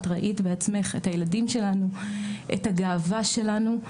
את ראית בעצמך את הילדים שלנו, את הגאווה שלנו.